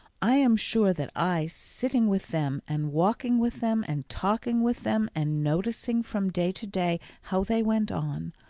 i am sure that i, sitting with them, and walking with them, and talking with them, and noticing from day to day how they went on,